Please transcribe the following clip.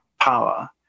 power